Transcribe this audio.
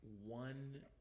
one